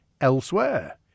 elsewhere